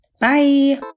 Bye